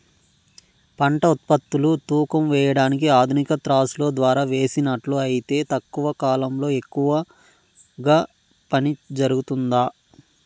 పంట ఉత్పత్తులు తూకం వేయడానికి ఆధునిక త్రాసులో ద్వారా వేసినట్లు అయితే తక్కువ కాలంలో ఎక్కువగా పని జరుగుతుందా?